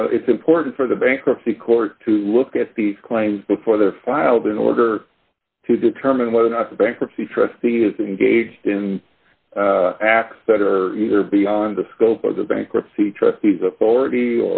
you know it's important for the bankruptcy court to look at these claims before they are filed in order to determine whether or not the bankruptcy trustee is engaged in acts that are either beyond the scope of the bankruptcy trustees authority